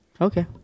Okay